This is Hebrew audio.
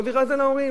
מעביר את זה להורים.